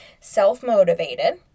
Self-motivated